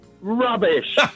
Rubbish